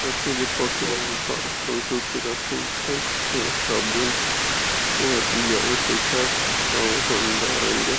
د سلاد پوښاک جوړولو لپاره یعنې هغه څه چه پې وپوښل سي په یوه کڅوړه کې دری برخې غوړ